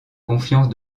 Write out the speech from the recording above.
confiance